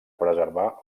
preservar